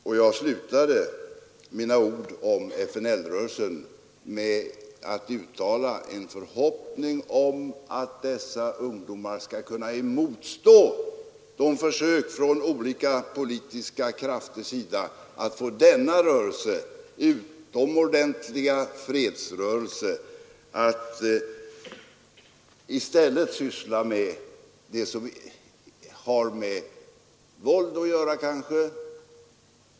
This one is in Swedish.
Och jag slutade mina ord om FNL-rörelsen med att uttala en förhoppning om att dessa ungdomar skall kunna motstå försöken från olika politiska krafters sida att få denna utomordentliga fredsrörelse att i stället syssla med det som kanske har med våld att göra.